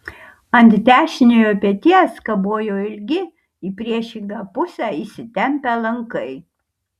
ant dešiniojo peties kabojo ilgi į priešingą pusę įsitempią lankai